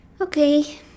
Okay